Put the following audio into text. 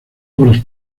obras